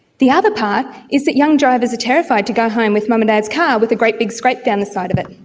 the other part is that young drivers are terrified to go home with mum and dad's car with a great big scrape down the side of it.